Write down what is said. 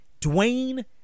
Dwayne